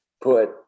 put